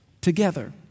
together